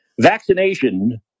Vaccination